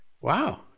Wow